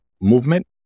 movement